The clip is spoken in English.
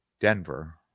Denver